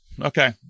Okay